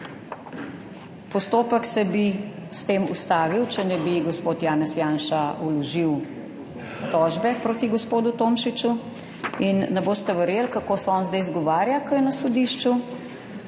Postopek bi se s tem ustavil, če ne bi gospod Janez Janša vložil tožbe proti gospodu Tomšiču. Ne boste verjeli, kako se on zdaj izgovarja, ko je na sodišču,